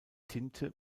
tinte